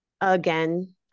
again